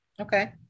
okay